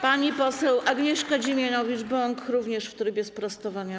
Pani poseł Agnieszka Dziemianowicz-Bąk również w trybie sprostowania.